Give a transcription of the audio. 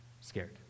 scared